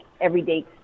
everyday